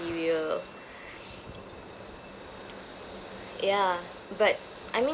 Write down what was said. ya but I mean